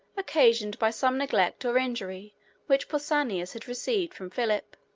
occasioned by some neglect or injury which pausanias had received from philip.